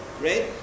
right